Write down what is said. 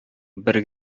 бер